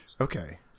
Okay